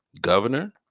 governor